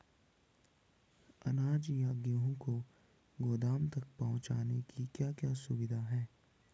अनाज या गेहूँ को गोदाम तक पहुंचाने की क्या क्या सुविधा है?